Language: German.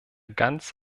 ganz